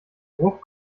bruch